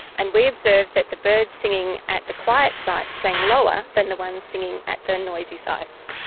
and we observed that the birds singing at the quiet sites sang lower than the ones singing at the noisy sites.